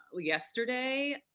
yesterday